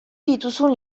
dituzun